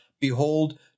behold